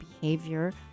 behavior